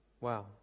Wow